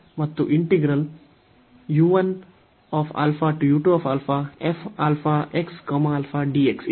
ಮತ್ತು ಇದೆ